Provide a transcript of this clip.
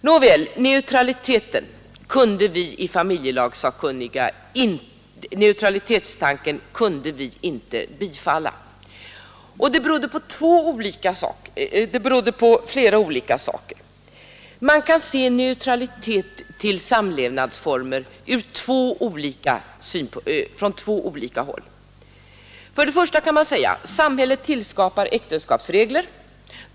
Nåväl, neutralitetstanken kunde vi i familjelagssakkunniga inte biträda. Det berodde på flera olika saker. Man kan se neutraliteten till samlevnadsformer från två olika håll. Man kan säga att samhället skapar äktenskapsregler.